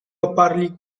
oparli